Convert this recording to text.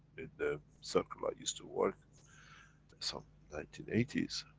the circle i used to work, that's some nineteen eighty s.